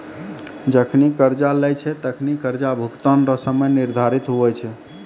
जखनि कर्जा लेय छै तखनि कर्जा भुगतान रो समय निर्धारित हुवै छै